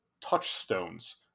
touchstones